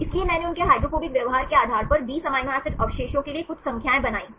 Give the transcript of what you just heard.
इसलिए मैंने उनके हाइड्रोफोबिक व्यवहार के आधार पर 20 अमीनो एसिड अवशेषों के लिए कुछ संख्याएँ बनाईं